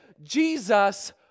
Jesus